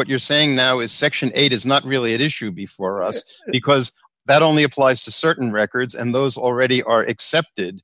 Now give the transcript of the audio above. what you're saying now is section eight is not really at issue before because that only applies to certain records and those already are excepted